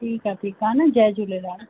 ठीकु आहे ठीकु आहे हा न जय झुलेलाल